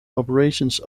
operations